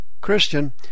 Christian